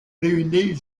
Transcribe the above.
réunir